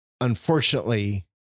unfortunately